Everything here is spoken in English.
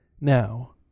now